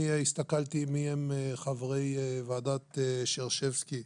הסתכלתי מי הם חברי ועדת שרשבסקי,